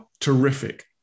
terrific